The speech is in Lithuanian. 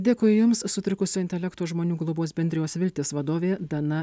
dėkui jums sutrikusio intelekto žmonių globos bendrijos viltis vadovė dana